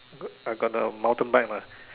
I got I got the mountain bike lah